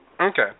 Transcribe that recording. Okay